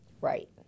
right